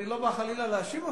אני לא בא חלילה להאשים אותך,